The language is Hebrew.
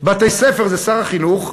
בתי-ספר זה שר החינוך.